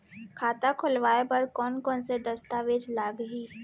खाता खोलवाय बर कोन कोन से दस्तावेज लागही?